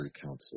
Council